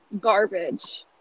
Garbage